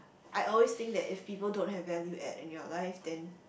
I always think that if people don't have value add in your life then